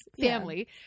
family